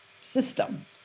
system